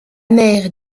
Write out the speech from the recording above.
mère